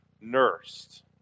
nursed